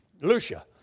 Lucia